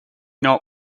not